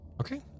Okay